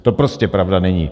To prostě pravda není.